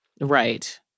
Right